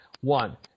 one